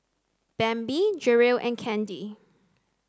Bambi Jerrel and Candy